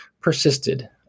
persisted